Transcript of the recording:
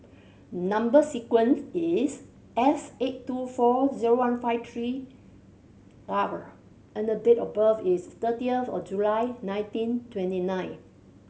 number sequence is S eight two four zero one five three R and date of birth is thirtieth of July nineteen twenty nine